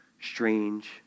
Strange